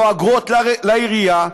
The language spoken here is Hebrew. לא אגרות לעירייה.